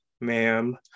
ma'am